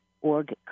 Org